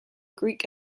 greek